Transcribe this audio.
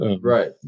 Right